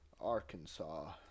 Arkansas